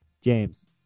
James